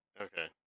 Okay